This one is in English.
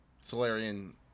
Solarian